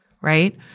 right